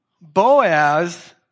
Boaz